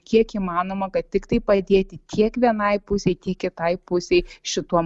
kiek įmanoma kad tiktai padėti kiekvienai pusei tiek kitai pusei šituo